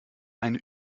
eine